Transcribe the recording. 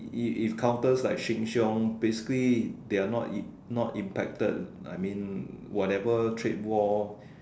if if counter like Sheng-Siong basically they are not I'm not impacted I mean whatever trade war